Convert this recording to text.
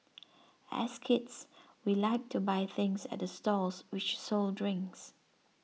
as kids we liked to buy things at the stalls which sold drinks